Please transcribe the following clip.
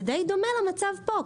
זה די דומה למצב פה.